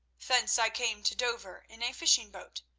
thence i came to dover in a fishing boat,